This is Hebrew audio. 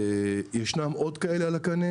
יש עוד קנה בקנה,